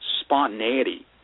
spontaneity